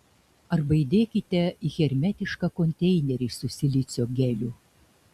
arba įdėkite į hermetišką konteinerį su silicio geliu